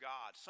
God